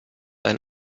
ein